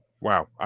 Wow